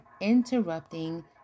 interrupting